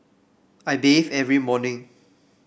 I bathe every morning